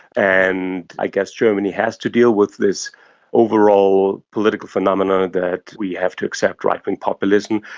and i guess germany has to deal with this overall political phenomena, that we have to accept right-wing populism,